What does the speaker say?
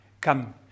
come